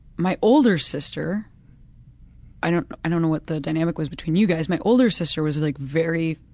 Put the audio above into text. my older sister i don't i don't know what the dynamic was between you guys my older sister was like very,